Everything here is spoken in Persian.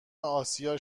اسیا